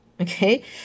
okay